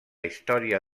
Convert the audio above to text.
història